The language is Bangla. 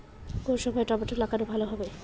কোন সময় টমেটো লাগালে ভালো হবে?